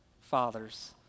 fathers